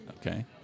Okay